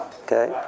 okay